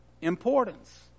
importance